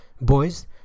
Boys